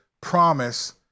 promise